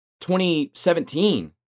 2017